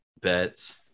bets